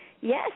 Yes